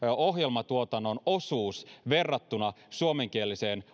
ohjelmatuotannon osuus verrattuna suomenkieliseen